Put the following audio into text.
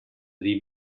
dir